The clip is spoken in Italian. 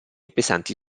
pesanti